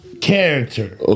character